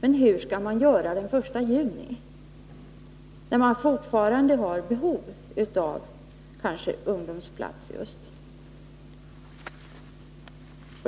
Men hur skall man göra den 1 juni, när man kanske fortfarande har behov av just ungdomsplatser?